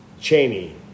Cheney